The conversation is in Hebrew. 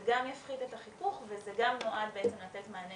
זה גם יפחית את החיכוך וזה גם נועד לתת מענה